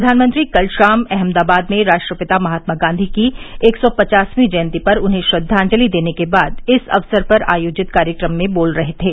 प्रधानमंत्री कल शाम अहमदाबाद में राष्ट्रपिता महात्मा गांधी की एक सौ पचासवी जयंती पर उन्हें श्रद्वाजंलि देने के इस अवसर पर आयोजित कार्यक्रम में बोल रहे थे